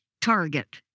target